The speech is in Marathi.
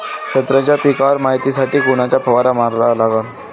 संत्र्याच्या पिकावर मायतीसाठी कोनचा फवारा मारा लागन?